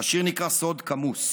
השיר נקרא "סוד כמוס":